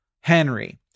Henry